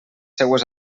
seues